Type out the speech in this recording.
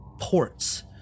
Ports